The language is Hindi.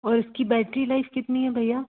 और उसकी बैटरी लाइफ कितनी है भैया